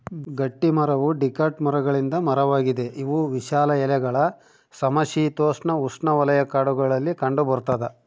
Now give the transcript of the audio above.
ಗಟ್ಟಿಮರವು ಡಿಕಾಟ್ ಮರಗಳಿಂದ ಮರವಾಗಿದೆ ಇವು ವಿಶಾಲ ಎಲೆಗಳ ಸಮಶೀತೋಷ್ಣಉಷ್ಣವಲಯ ಕಾಡುಗಳಲ್ಲಿ ಕಂಡುಬರ್ತದ